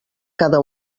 cada